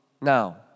now